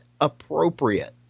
Appropriate